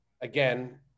again